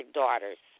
daughters